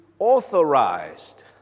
Authorized